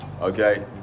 okay